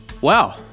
Wow